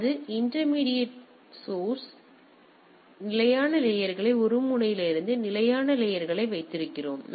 எனவேஇன்டெர்மிடியாட் sources நிலையான லேயர்களை ஒரு முனையிலிருந்து நிலையான லேயர்கள் வைத்திருக்கிறோம்